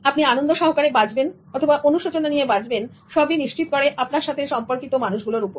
আপনি আনন্দ সহকারে বাঁচবেন অথবা অনুশোচনা নিয়ে বাঁচবেন সবই নিশ্চিত করে আপনার সাথে সম্পর্কিত মানুষগুলোর উপর